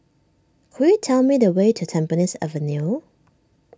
could you tell me the way to Tampines Avenue